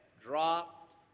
dropped